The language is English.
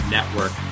Network